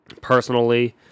personally